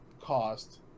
cost